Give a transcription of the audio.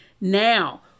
Now